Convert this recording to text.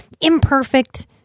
imperfect